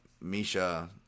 Misha